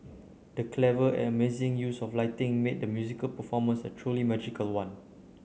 the clever and amazing use of lighting made the musical performance a truly magical one